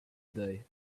day